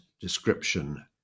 description